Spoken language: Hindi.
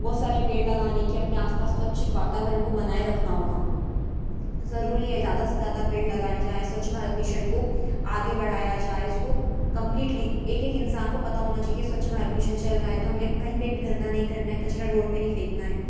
बहुत सारे पेड़ लगाने की अपने आस पास स्वच्छ वातावरण को बनाए रखना होगा जरूरी है ज़्यादा से ज़्यादा पेड़ लगाया जाए स्वच्छ भारत मिशन को आगे बढ़ाया जाए इसको कम्पलीटली एक एक इंसान को पता होना चाहिए स्वच्छ भारत मिशन चल रहा है तो हमें कहीं पर भी गंदा नहीं करना है कचरा रोड पर नहीं फेंकना है